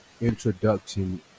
introduction